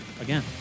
Again